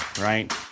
right